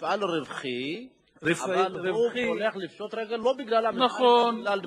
המפעל הזה מייצר שקיות ניילון ויריעות ניילון.